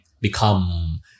become